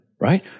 right